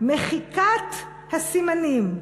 מחיקת הסימנים,